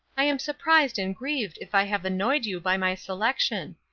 i am surprised and grieved if i have annoyed you by my selection.